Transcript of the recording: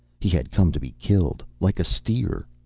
he had come to be killed, like a steer.